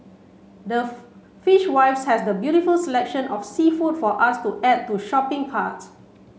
the fishwives has the beautiful selection of seafood for us to add to shopping cart